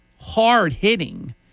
hard-hitting